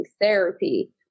therapy